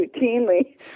routinely